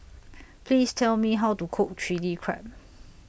Please Tell Me How to Cook Chilli Crab